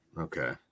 Okay